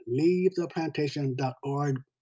leavetheplantation.org